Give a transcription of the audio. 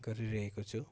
गरिरहेको छु